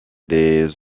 des